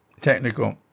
technical